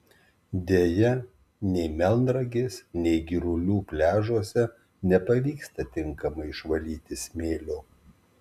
deja nei melnragės nei girulių pliažuose nepavyksta tinkamai išvalyti smėlio